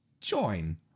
Join